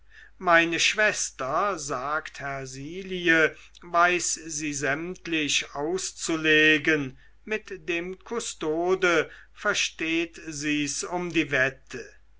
meine schwester sagte hersilie weiß sie sämtlich auszulegen mit dem kustode versteht sie's um die wette